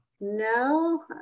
No